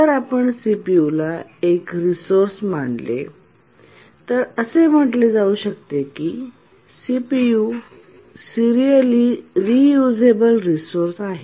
जर आपण सीपीयू ला एक रिसोर्स मानले तर असे म्हटले जाऊ शकते की सीपीयू सीरिअली रेऊसेबल रेसोर्स आहे